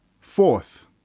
Fourth